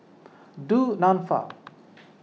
Du Nanfa